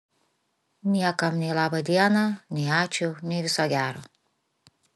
niekam nei laba diena nei ačiū nei viso gero